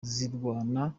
zirwana